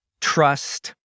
trust